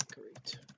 great